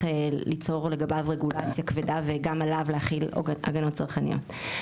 ליצור לגביו רגולציה כבדה וגם עליו להחיל הגנות צרכניות.